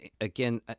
again